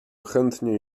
chętnie